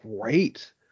great